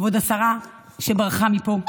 כבוד השרה שברחה מפה,